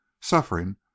suffering